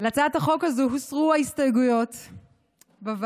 להצעת החוק הזו הוסרו ההסתייגויות בוועדה,